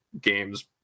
games